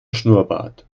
schnurrbart